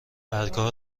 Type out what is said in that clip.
برگها